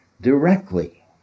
directly